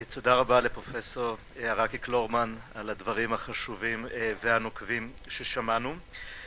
תודה רבה לפרופסור עראקי קלורמן על הדברים החשובים והנוקבים ששמענו